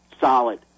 solid